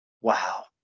wow